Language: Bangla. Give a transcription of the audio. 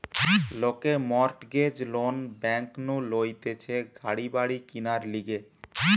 লোকে মর্টগেজ লোন ব্যাংক নু লইতেছে গাড়ি বাড়ি কিনার লিগে